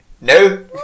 No